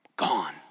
gone